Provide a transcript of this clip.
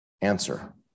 answer